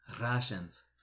Russians